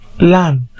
land